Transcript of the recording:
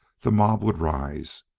the mob would rise.